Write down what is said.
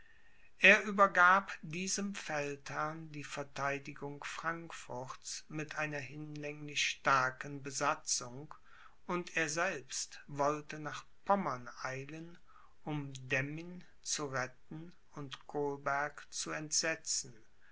er übergab diesem feldherrn die verteidigung frankfurts mit einer hinlänglich starken besatzung und er selbst wollte nach pommern eilen um demmin zu retten und kolberg zu entsetzen